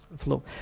flow